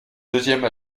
deuxième